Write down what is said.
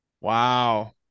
Wow